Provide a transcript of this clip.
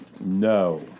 No